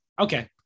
Okay